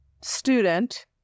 student